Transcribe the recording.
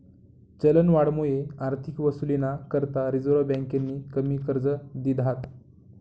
चलनवाढमुये आर्थिक वसुलीना करता रिझर्व्ह बँकेनी कमी कर्ज दिधात